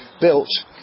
built